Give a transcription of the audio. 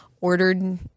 ordered